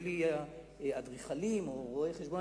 נדמה לי אדריכלים או רואי-חשבון,